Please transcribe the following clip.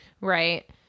Right